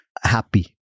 happy